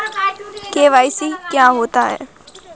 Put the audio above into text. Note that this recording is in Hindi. के.वाई.सी क्या होता है?